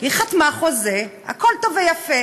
היא חתמה על חוזה, הכול טוב ויפה,